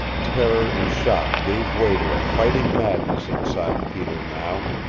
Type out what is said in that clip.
terror and shock gave way to a fighting madness inside peter now.